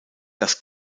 das